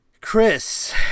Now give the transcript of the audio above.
chris